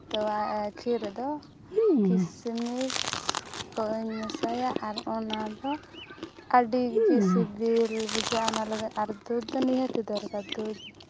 ᱛᱚᱣᱟ ᱟᱨ ᱠᱷᱤᱨ ᱫᱚ ᱠᱤᱥᱢᱤᱥ ᱠᱚᱧ ᱢᱮᱥᱟᱭᱟ ᱟᱨ ᱚᱱᱟᱫᱚ ᱟᱹᱰᱤᱜᱮ ᱥᱤᱵᱤᱞ ᱵᱩᱡᱷᱟᱹᱜᱼᱟ ᱚᱱᱟ ᱞᱟᱹᱜᱤᱫ ᱟᱨ ᱫᱩᱫᱷ ᱫᱚ ᱱᱤᱦᱟᱹᱛ ᱜᱮ ᱫᱚᱨᱠᱟᱨ ᱫᱩᱫᱷ